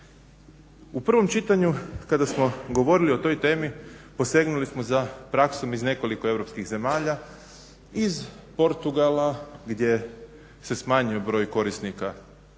U prvom čitanju kada smo govorili o toj temi posegnuli smo za praksom iz nekoliko europskih zemalja iz Portugala gdje se smanjio broj korisnika